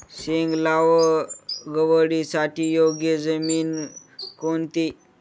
शेंग लागवडीसाठी योग्य जमीन कोणती?